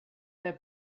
der